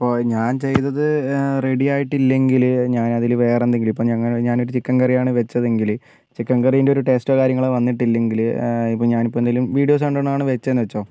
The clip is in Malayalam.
ഇപ്പോൾ ഞാൻ ചെയ്തത് റെഡി ആയിട്ടില്ലെങ്കിൽ ഞാനതിൽ വേറെ എന്തെങ്കിലും ഇപ്പോൾ ഞാൻ ഞാനൊരു ചിക്കൻ കറിയാണ് വെച്ചതെങ്കിൽ ചിക്കൻ കറിന്റെ ഒരു ടേസ്റ്റോ കാര്യങ്ങളോ വന്നിട്ടില്ലെങ്കിൽ ഇപ്പോൾ ഞാനിപ്പോൾ എന്തെങ്കിലും വീഡിയോസ് കണ്ടുകൊണ്ടാണ് വെച്ചതെന്ന് വെച്ചോ